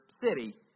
city